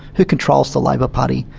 who controls the labor party?